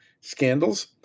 scandals